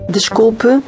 Desculpe